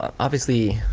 obviously